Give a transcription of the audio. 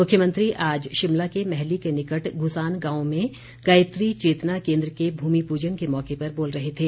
मुख्यमंत्री आज शिमला के मैहली के निकट गुसान गांव में गायत्री चेतना केन्द्र के भूमि पूजन के मौके पर बोल रहे थे